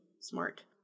smart